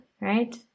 right